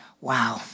wow